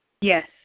Yes